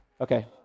Okay